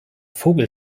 vogel